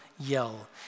yell